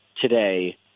today